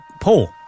Paul